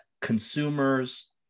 consumers